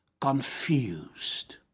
confused